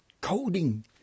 coding